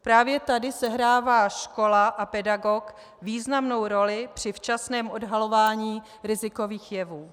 Právě tady sehrává škola a pedagog významnou roli při včasném odhalování rizikových jevů.